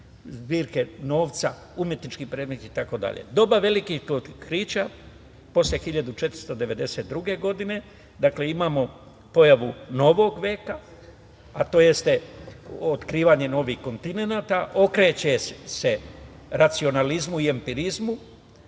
zbirke novca, umetnički predmeti itd. Doba velikih otkrića. Posle 1492. godine imamo pojavu novog veka, a to jeste otkrivanje novih kontinenata. Okreće se racionalizmu i empirizmu,